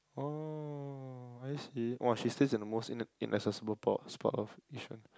oh I see !wow! she stays at the most inac~ inaccessible pot spot of Yishun